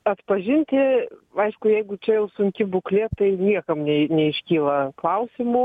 atpažinti aišku jeigu čia jau sunki būklė tai niekam nei neiškyla klausimų